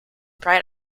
bright